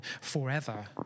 forever